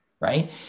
right